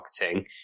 marketing